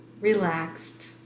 relaxed